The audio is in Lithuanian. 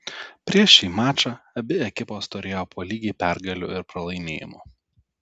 prieš šį mačą abi ekipos turėjo po lygiai pergalių ir pralaimėjimų